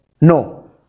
No